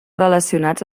relacionats